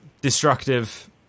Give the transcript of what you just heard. destructive